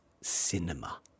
cinema